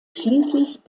schließlich